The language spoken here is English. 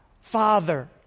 Father